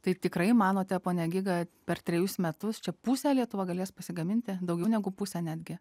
tai tikrai manote pone giga per trejus metus čia pusę lietuva galės pasigaminti daugiau negu pusę netgi